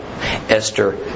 Esther